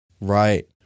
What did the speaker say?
Right